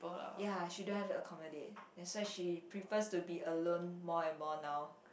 ya she don't have to accommodate that's why she prefers to be alone more and more now